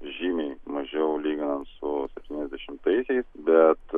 žymiai mažiau lyginant su septyniasdešimtaisiais bet